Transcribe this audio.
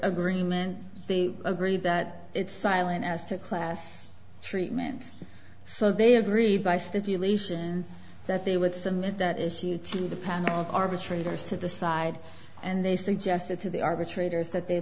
agreement they agree that it's silent as to class treatment so they agreed by stipulation that they would submit that issue to the panel arbitrators to the side and they suggested to the arbitrator's that they